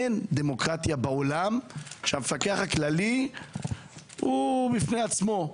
אין דמוקרטיה בעולם שהמפקח הכללי בפני עצמו.